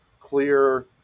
clear